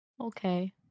Okay